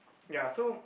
ya so